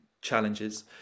challenges